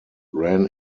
ran